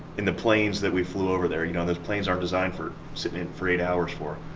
in the planes that we flew over there. you know those planes aren't designed for sitting in for eight hours for.